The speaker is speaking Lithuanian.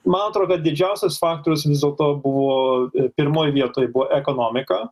man atrodo didžiausias faktorius vis dėlto buvo pirmoj vietoj buvo ekonomika